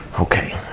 okay